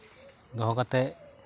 ᱫᱚᱦᱚ ᱠᱟᱛᱮ